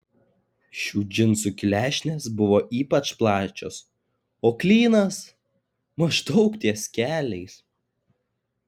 šių džinsų klešnės buvo ypač plačios o klynas maždaug ties keliais